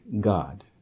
God